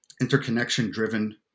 interconnection-driven